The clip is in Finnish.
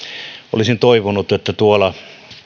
olisin toivonut että tuolla